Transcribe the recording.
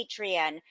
Patreon